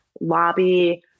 lobby